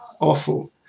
awful